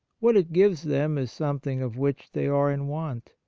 what it gives them is something of which they are in want,